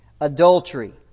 adultery